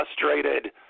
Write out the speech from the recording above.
frustrated –